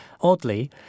oddly